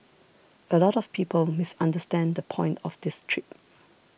a lot of people misunderstand the point of this trip